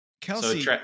Kelsey